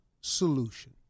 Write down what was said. solution